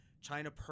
China